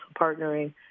partnering